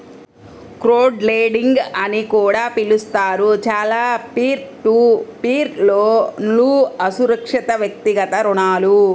crowdlending అని కూడా పిలుస్తారు, చాలా పీర్ టు పీర్ లోన్లుఅసురక్షితవ్యక్తిగత రుణాలు